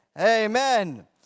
amen